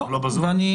לא.